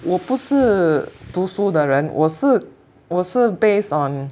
我不是读书的人我是我是 based on